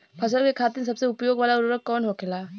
फसल के खातिन सबसे उपयोग वाला उर्वरक कवन होखेला?